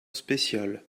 spéciale